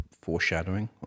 foreshadowing